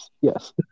Yes